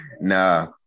Nah